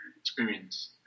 experience